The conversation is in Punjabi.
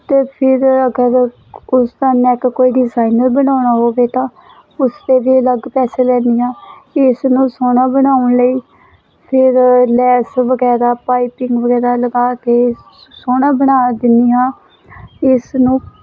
ਅਤੇ ਫਿਰ ਅਗਰ ਉ ਉਸਦਾ ਨੈਕ ਕੋਈ ਡਿਜਾਇਨਰ ਬਣਾਉਣਾ ਹੋਵੇ ਤਾਂ ਉਸ ਦੇ ਵੀ ਅਲੱਗ ਪੈਸੇ ਲੈਂਦੀ ਹਾਂ ਇਸ ਨੂੰ ਸੋਹਣਾ ਬਣਾਉਣ ਲਈ ਫਿਰ ਲੈਸ ਵਗੈਰਾ ਪਾਈਪਿੰਗ ਵਗੈਰਾ ਲਗਾ ਕੇ ਸ ਸੋਹਣਾ ਬਣਾ ਦਿੰਦੀ ਹਾਂ ਇਸ ਨੂੰ